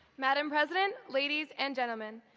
madame president, ladies and gentlemen,